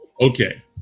okay